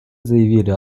заявили